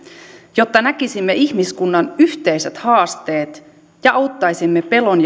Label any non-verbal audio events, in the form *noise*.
jotta näkisimme ihmiskunnan yhteiset haasteet ja auttaisimme pelon *unintelligible*